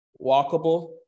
walkable